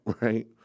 right